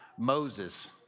Moses